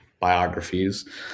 biographies